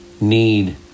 need